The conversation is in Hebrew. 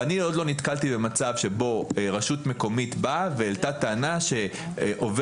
ואני עוד לא נתקלתי במצב שבו רשות מקומית העלתה טענה שעובד